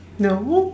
no